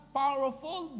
powerful